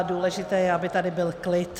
Důležité je, aby tady byl klid.